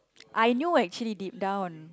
I knew actually deep down